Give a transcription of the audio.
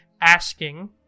asking